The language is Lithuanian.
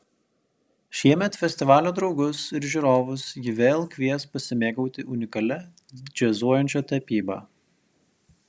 šiemet festivalio draugus ir žiūrovus ji vėl kvies pasimėgauti unikalia džiazuojančia tapyba